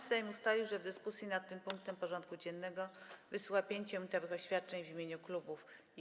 Sejm ustalił, że w dyskusji nad tym punktem porządku dziennego wysłucha 5-minutowych oświadczeń w imieniu klubów i kół.